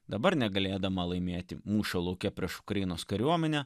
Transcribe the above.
dabar negalėdama laimėti mūšio lauke prieš ukrainos kariuomenę